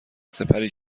سپری